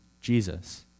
Jesus